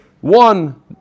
One